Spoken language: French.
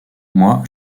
moi